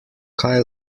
kaj